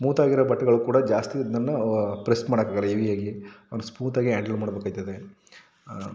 ಸ್ಮೂತಾಗಿರುವ ಬಟ್ಟೆಗಳು ಕೂಡ ಜಾಸ್ತಿ ಇದನ್ನು ಪ್ರೆಸ್ ಮಾಡೋಕ್ಕಾಗೋಲ್ಲ ಹೆವಿ ಆಗಿ ಒಂದು ಸ್ಮೂತಾಗಿ ಹ್ಯಾಂಡಲ್ ಮಾಡಬೇಕಾಯ್ತದೆ